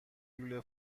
لوله